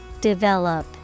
Develop